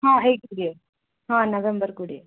ହଁ ହେଇ କୋଡ଼ିଏ ହଁ ନଭେମ୍ବର କୋଡ଼ିଏ